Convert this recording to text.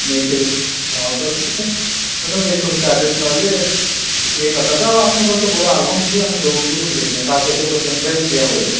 ନେଇଥିବେ ତ ସେଥିପାଇଁ ମ୍ୟାଡ଼ାମ୍ ଏସବୁ ଚାର୍ଜେସ୍ ନହେଲ କିଛି ହେଇନଥାନ୍ତା ଆଉ ଆପଙ୍କର ତ ବଡ଼ ଆଲବମ୍ ବି ଆମେ ଦେଉଛୁ ବୁଝିଲେ କି ନାଇ ତା ସହିତ ଗୋଟେ ପେନ୍ଡ୍ରାଇଭ୍ ବି ଦିଆ ହୁଏ